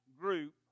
group